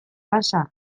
pasa